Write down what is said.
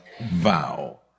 vow